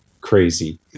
crazy